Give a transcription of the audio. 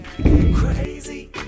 Crazy